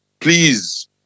Please